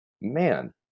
man